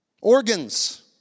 organs